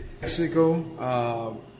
Mexico